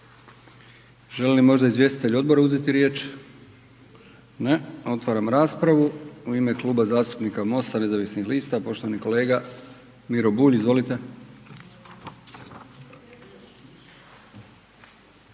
Žele li možda izvjestitelji odbora uzeti riječ? Ne. Otvaram raspravu. U ime Kluba zastupnika MOST-a, nezavisnih lista poštovani kolega Miro Bulj. Izvolite.